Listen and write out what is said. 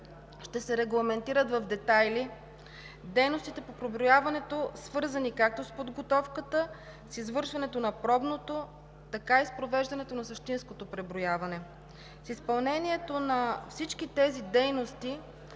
ще се регламентират в детайли дейностите по преброяването, свързани както с подготовката, с извършването на пробното, така и с провеждането на същинското преброяване. С изпълнението на всички тези дейности